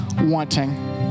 wanting